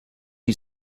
you